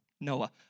Noah